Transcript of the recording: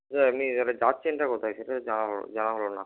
আচ্ছা এমনি তাহলে যাচ্ছেনটা কোথায় সেটাই জানা হল না জানা হল না